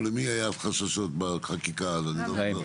או למי היו חששות בחקיקה אז אני לא זוכר?